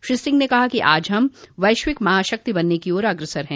श्री सिंह ने कहा कि आज हम वैश्विक महाशक्ति बनने की ओर अग्रसर हैं